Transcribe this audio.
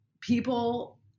people